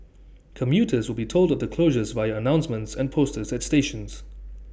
commuters will be told of the closures via announcements and posters at stations